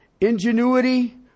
ingenuity